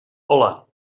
hola